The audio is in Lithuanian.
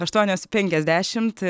aštuonios penkiasdešimt